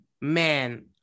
man